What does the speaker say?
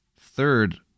third